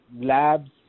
labs